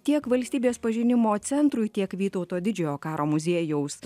tiek valstybės pažinimo centrui tiek vytauto didžiojo karo muziejaus